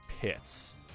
pits